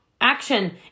action